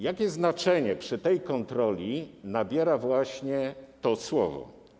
Jakiego znaczenia przy tej kontroli nabiera właśnie to słowo?